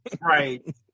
Right